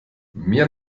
mir